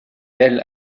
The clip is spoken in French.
elle